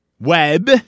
web